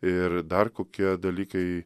ir dar kokie dalykai